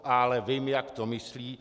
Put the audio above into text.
Ale vím, jak to myslí.